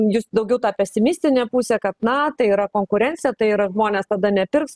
jūs daugiau tą pesimistinę pusę kad na tai yra konkurencija tai yra žmonės tada nepirks